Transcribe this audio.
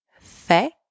fait